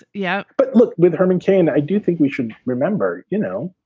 yeah, but look, with herman cain, i do think we should remember, you know,